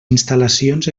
instal·lacions